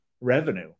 revenue